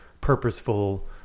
purposeful